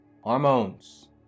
hormones